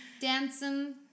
dancing